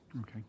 okay